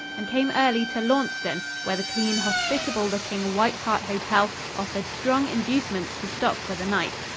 and came early to launceston, where the clean hospitable-looking white hart hotel offered strong inducements to stop for the night.